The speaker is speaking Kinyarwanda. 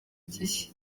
gihe